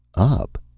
up?